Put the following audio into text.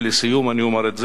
ולסיום אני אומר את זה,